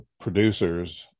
producers